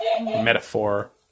Metaphor